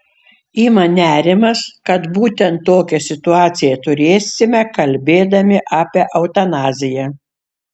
ima nerimas kad būtent tokią situaciją turėsime kalbėdami apie eutanaziją